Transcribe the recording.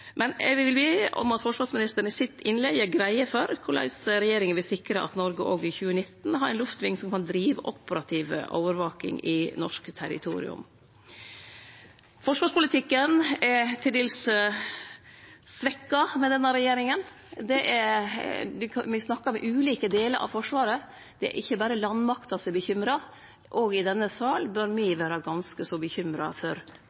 vil be om at forsvarsministeren i innlegget sitt gjer greie for korleis regjeringa vil sikre at Noreg òg i 2019 har ein luftving som kan drive operativ overvaking på norsk territorium. Forsvarspolitikken er til dels svekt med denne regjeringa. Me har snakka med ulike delar av Forsvaret, og det er ikkje berre landmakta som er bekymra. Òg i denne salen bør me vere ganske så bekymra for